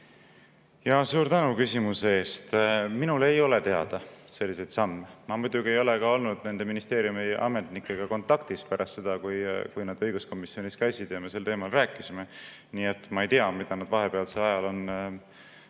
Suur tänu küsimuse eest! Mina ei tea sellistest sammudest. Ma muidugi ei ole ka olnud nende ministeeriumi ametnikega kontaktis pärast seda, kui nad õiguskomisjonis käisid ja me sel teemal rääkisime, nii et ma ei tea, mida nad vahepealsel ajal on